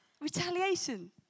Retaliation